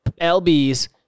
LBs